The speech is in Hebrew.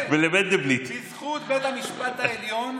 בזכות בית המשפט העליון,